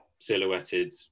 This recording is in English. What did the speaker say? silhouetted